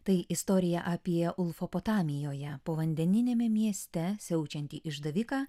tai istorija apie ulfopotamijoje povandeniniame mieste siaučiantį išdaviką